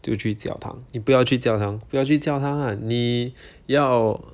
就去教堂你不要去教堂不要去教堂啊你要